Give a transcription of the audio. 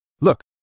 Look